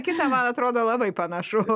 kita man atrodo labai panašu